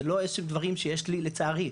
זה לא דברים שיש לי לצערי,